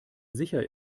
sicher